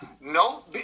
No